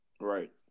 Right